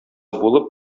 булып